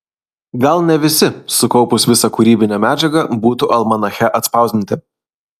gal ne visi sukaupus visą kūrybinę medžiagą būtų almanache atspausdinti